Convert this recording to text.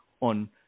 on